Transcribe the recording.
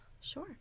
Sure